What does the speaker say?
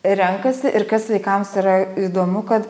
renkasi ir kas vaikams yra įdomu kad